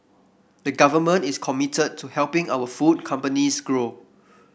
the Government is committed to helping our food companies grow